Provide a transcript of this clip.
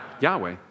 Yahweh